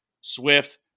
Swift